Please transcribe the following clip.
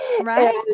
Right